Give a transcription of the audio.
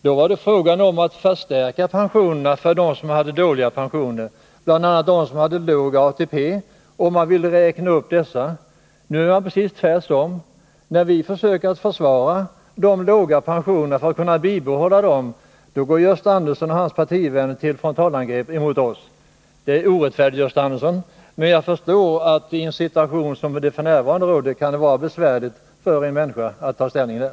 Då var det fråga om att förstärka pensionerna för dem som hade dåliga pensioner, och Gösta Andersson ville räkna upp pensionerna för dem som hade låg ATP. Nu är det precis tvärtom. När vi försöker försvara de människor som har låga pensioner går Gösta Andersson och hans partivänner till frontalangrepp mot oss. Det är orättfärdigt, Gösta Andersson, men jag förstår att i den situation som f. n. råder har ni det mycket besvärligt.